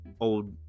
old